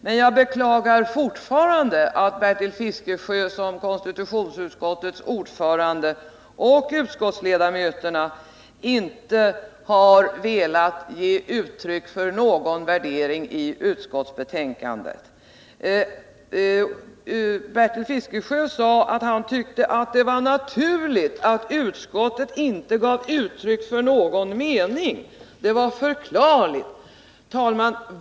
Men jag beklagar fortfarande att Bertil Fiskesjö som konstitutionsutskottets ordförande och utskottets övriga ledamöter i betänkandet inte har velat ge uttryck för någon värdering. Bertil Fiskesjö sade att han tyckte att det var naturligt att utskottet inte gav uttryck för någon mening — det var förklarligt. Herr talman!